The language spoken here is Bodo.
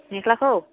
मेख्लाखौ